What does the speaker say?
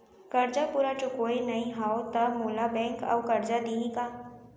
करजा पूरा चुकोय नई हव त मोला बैंक अऊ करजा दिही का?